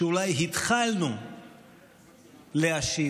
שאולי התחלנו להשיב,